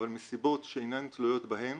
אבל מסיבות שאינן תלויות בהם